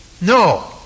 No